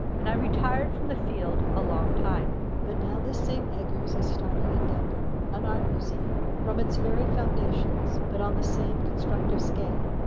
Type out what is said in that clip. and i retired from the field a long time but now this same eggers is starting, in denver, an art museum from its very foundations, but on the same constructive scale.